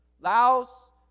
Laos